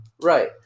Right